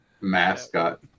mascot